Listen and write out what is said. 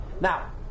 Now